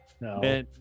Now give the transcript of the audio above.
no